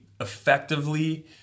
effectively